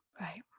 right